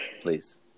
Please